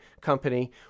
company